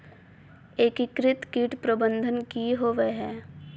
एकीकृत कीट प्रबंधन की होवय हैय?